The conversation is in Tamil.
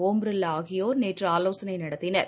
ஒம் பிர்லா ஆகியோர் நேற்று ஆலோசனை நடத்தினர்